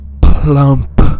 plump